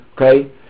Okay